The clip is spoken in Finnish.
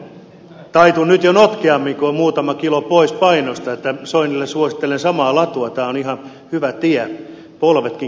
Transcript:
minä taitun nyt jo notkeammin kun on muutama kilo pois painosta niin että soinille suosittelen samaa latua tämä on ihan hyvä tie